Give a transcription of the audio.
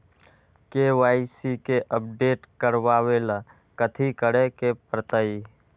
KYC के update करवावेला कथि करें के परतई?